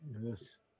Yes